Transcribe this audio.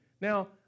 Now